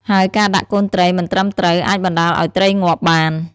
ហើយការដាក់កូនត្រីមិនត្រឹមត្រូវអាចបណ្តាលឱ្យត្រីងាប់បាន។